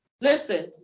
Listen